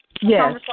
Yes